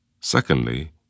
Secondly